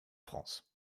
france